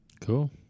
Cool